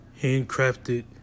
handcrafted